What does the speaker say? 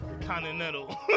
Continental